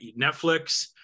Netflix